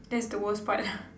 that's the worst part